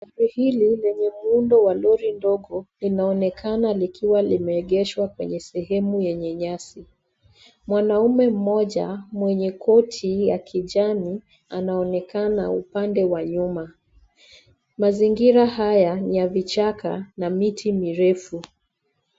Gari hili lenye muundo wa gari dogo linaonekana likiwa limeegeshwa kwenye sehemu yenye nyasi. Mwanaume mmoja mwenye koti ya kijani anaonekana upande wa nyuma. Mazingira haya ni ya vichaka na miti mirefu.